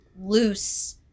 loose